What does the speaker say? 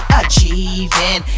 achieving